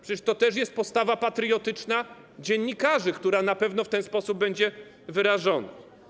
Przecież to też jest postawa patriotyczna dziennikarzy, która na pewno w ten sposób będzie wyrażona.